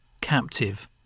captive